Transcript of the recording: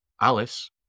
Alice